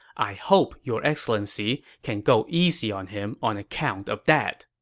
i hope your excellency can go easy on him on account of that.